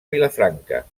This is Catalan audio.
vilafranca